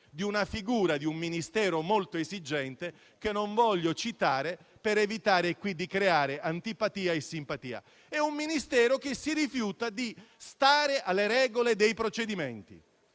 di una figura di un Ministero molto esigente, che non voglio citare per evitare qui di creare antipatia e simpatia. È un Ministero che si rifiuta di stare alle regole dei procedimenti